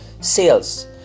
sales